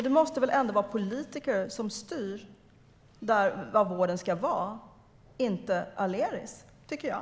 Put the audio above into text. Det måste väl ändå vara politiker som styr var vården ska vara, och inte Aleris. Det tycker jag.